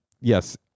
Yes